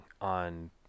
on